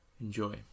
Enjoy